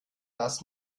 das